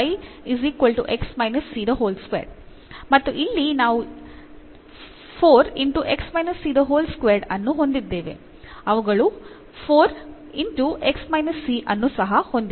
ಮತ್ತು ಇಲ್ಲಿ ನಾವು ಅನ್ನು ಹೊಂದಿದ್ದೇವೆ ಅವುಗಳು ಅನ್ನು ಸಹ ಹೊಂದಿವೆ